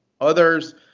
Others